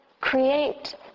create